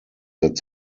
that